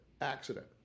accident